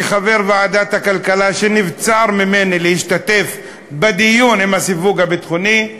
כחבר ועדת הכלכלה שנבצר ממנו להשתתף בדיון עם הסיווג הביטחוני,